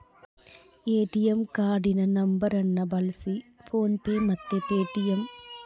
ATM ಕಾರ್ಡಿನ ನಂಬರ್ನ ಬಳ್ಸಿ ಫೋನ್ ಪೇ ಮತ್ತೆ ಪೇಟಿಎಮ್ ಆಪ್ಗುಳಾಗ ರೊಕ್ಕ ಕಳ್ಸೋದು ಇಸ್ಕಂಬದು ಮಾಡ್ಬಹುದು